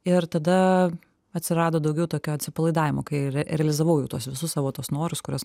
ir tada atsirado daugiau tokio atsipalaidavimo kai realizavau jau tuos visus savo tuos norus kuriuos